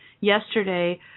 yesterday